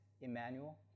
Emmanuel